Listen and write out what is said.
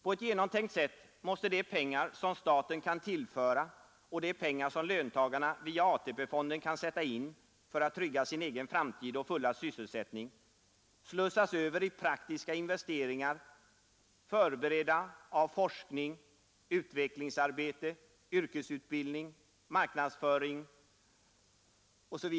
På ett genomtänkt sätt måste de pengar som staten kan tillföra och de pengar som löntagarna via ATP-fonden kan sätta in för att trygga sin egen framtid och fulla sysselsättning, slussas över i praktiska investeringar, förberedande av forskning och utvecklingsarbete, yrkesutbildning och marknadsföring.